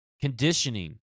Conditioning